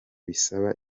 bisaba